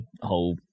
whole